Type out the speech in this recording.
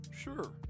sure